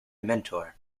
mentor